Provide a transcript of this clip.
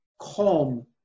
calm